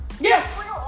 Yes